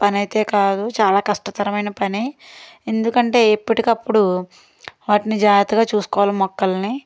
పని అయితే కాదు చాలా కష్టతరమైన పనే ఎందుకంటే ఎప్పుటికప్పుడు వాటిని జాగ్రత్తగా చూసుకోవాలి మొక్కలని